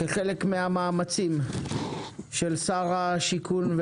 זה כחלק מהמאמצים של שר השיכון,